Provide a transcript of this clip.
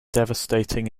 devastating